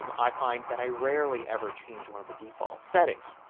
um i find that i rarely ever change one of the default settings.